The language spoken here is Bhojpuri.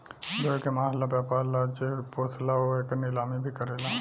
भेड़ के मांस ला व्यापर ला जे पोसेला उ एकर नीलामी भी करेला